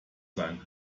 sein